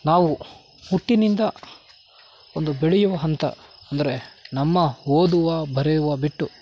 ನಾವು ಹುಟ್ಟಿನಿಂದ ಒಂದು ಬೆಳೆಯುವ ಹಂತ ಅಂದರೆ ನಮ್ಮ ಓದುವ ಬರೆಯುವ ಬಿಟ್ಟು